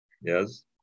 Yes